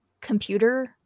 computer